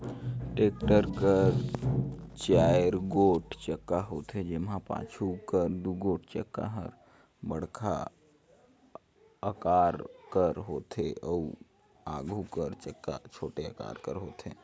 tractor कर चाएर गोट चक्का होथे, जेम्हा पाछू कर दुगोट चक्का हर बड़खा अकार कर होथे अउ आघु कर चक्का छोटे अकार कर होथे